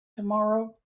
tomorrow